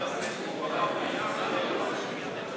נהיגה ברכב בחוף הים (תיקון מס' 5),